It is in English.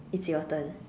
it's your turn